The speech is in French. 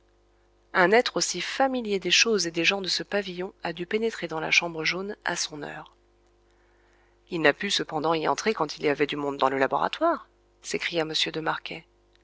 un être aussi familier des choses et des gens de ce pavillon a dû pénétrer dans la chambre jaune à son heure il n'a pu cependant y entrer quand il y avait du monde dans le laboratoire s'écria m de marquet